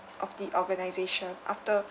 of the organization after